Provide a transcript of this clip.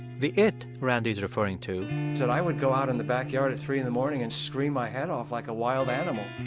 the it randy's referring to. is that i would go out in the backyard at three in the morning and scream my head off like a wild animal.